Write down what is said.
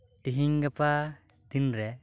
ᱛᱤᱦᱮᱧ ᱜᱟᱯᱟ ᱛᱤᱱ ᱨᱮ